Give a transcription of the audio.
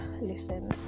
listen